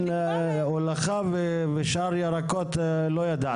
על הולכה ושאר ירקות, לא ידעתם.